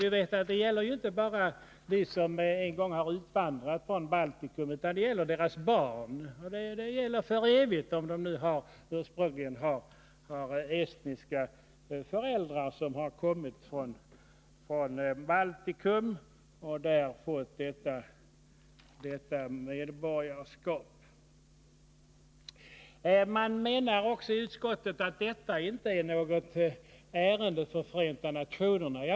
Vi vet också att detta inte bara gäller dem som en gång har utvandrat från Baltikum, utan det gäller även deras barn. Och det gäller för evigt, om de exempelvis har estniska föräldrar som ursprungligen kommit från Baltikum Nr 28 och där fått sitt medborgarskap. Onsdagen den Utskottet anser vidare att detta inte är något ärende för Förenta 19 november 1980 nationerna.